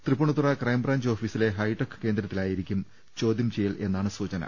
Tripunithura crime branch ഓഫീസിലെ high tech കേന്ദ്ര ത്തിലായിരിക്കും ചോദ്യം ചെയ്യൽ എന്നാണ് സൂചന